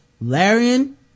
Larian